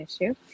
issue